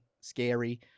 scary